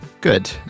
Good